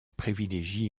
privilégie